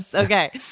so okay.